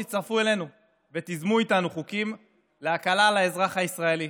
תצטרפו אלינו ותיזמו איתנו חוקים להקלה על האזרח הישראלי.